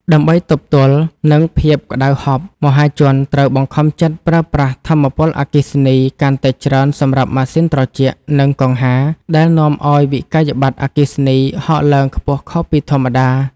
ដើម្បីទប់ទល់នឹងភាពក្តៅហប់ មហាជនត្រូវបង្ខំចិត្តប្រើប្រាស់ថាមពលអគ្គិសនីកាន់តែច្រើនសម្រាប់ម៉ាស៊ីនត្រជាក់ និងកង្ហារ ដែលនាំឱ្យវិក្កយបត្រអគ្គិសនីហក់ឡើងខ្ពស់ខុសពីធម្មតា។